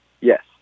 Yes